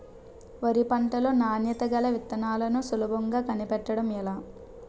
వరి పంట లో నాణ్యత గల విత్తనాలను సులభంగా కనిపెట్టడం ఎలా?